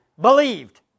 believed